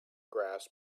grass